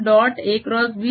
A A